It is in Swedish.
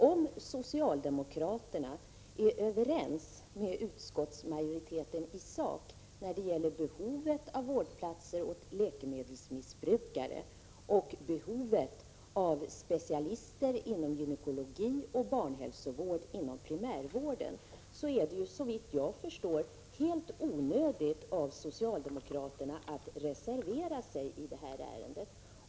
Om socialdemokraterna är överens med utskottsmajoriteten i sak när det gäller behovet av vårdplatser åt läkemedelsmissbrukare och behovet av specialister inom gynekologi och barnhälsovård inom primärvården, är det, såvitt jag förstår, helt onödigt av socialdemokraterna att reservera sig i detta ärende.